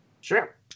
Sure